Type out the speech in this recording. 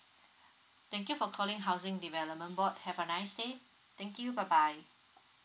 thank you for calling housing development board have a nice day thank you bye bye